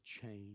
change